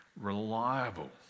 reliable